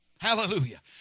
Hallelujah